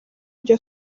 ibyo